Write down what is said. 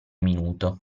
minuto